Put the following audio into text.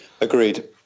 Agreed